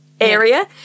area